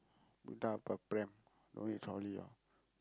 pram don't need trolley all